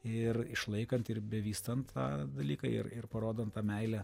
ir išlaikant ir bevystant tą dalyką ir ir parodant tą meilę